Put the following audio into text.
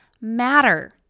matter